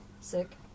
Sick